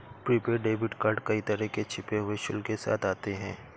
prepaid debit card कई तरह के छिपे हुए शुल्क के साथ आते हैं